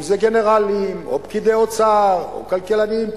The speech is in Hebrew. אם זה גנרלים או פקידי אוצר או כלכלנים,